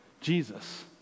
Jesus